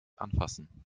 anfassen